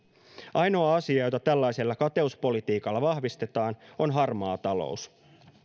ainoa asia jota tällaisella kateuspolitiikalla vahvistetaan on harmaa talous